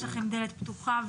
יש לכם דלת פתוחה,